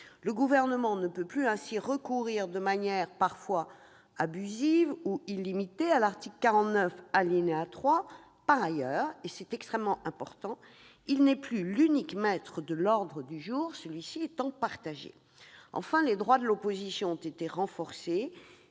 le Gouvernement ne peut plus recourir de manière parfois abusive ou illimitée à l'article 49.3. Par ailleurs- c'est extrêmement important -, il n'est plus l'unique maître de l'ordre du jour, celui-ci étant partagé. Enfin, les droits de l'opposition ont été renforcés